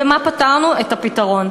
במה פתרנו את הבעיה?